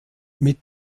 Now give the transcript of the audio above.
mit